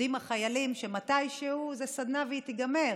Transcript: יודעים החיילים שמתישהו, זו סדנה והיא תיגמר,